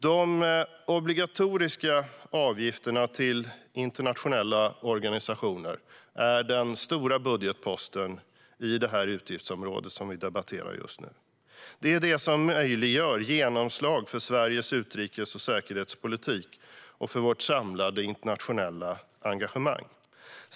De obligatoriska avgifterna till internationella organisationer är den stora budgetposten i det utgiftsområde vi just nu debatterar. Det är det som möjliggör ett genomslag för Sveriges utrikes och säkerhetspolitik och för vårt samlade internationella engagemang.